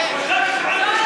הם כלים מועילים,